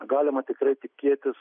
galima tikrai tikėtis